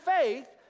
faith